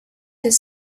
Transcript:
his